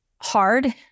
hard